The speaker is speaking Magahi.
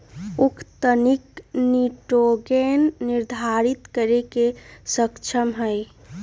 उख तनिक निटोगेन निर्धारितो करे में सक्षम हई